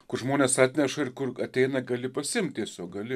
kur žmonės atneša ir k kur ateina gali pasiimt tiesiog gali